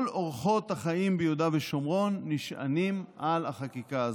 כל אורחות החיים ביהודה ושומרון נשענים על החקיקה הזאת.